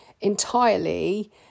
entirely